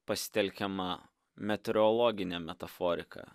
pasitelkiama metrologinė metaforika